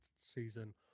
season